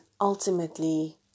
ultimately